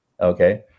Okay